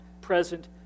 present